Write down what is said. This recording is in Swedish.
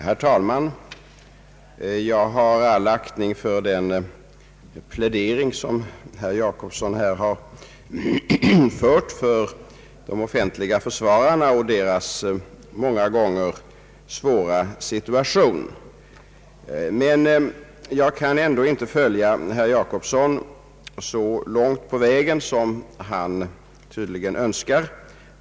Herr talman! Jag har all aktning för herr Jacobssons plädering beträffande de offentliga försvararna och deras många gånger svåra situation. Jag kan dock inte instämma med herr Jacobsson i den utsträckning han tydligen önskar.